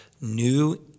new